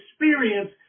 experience